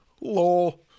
lol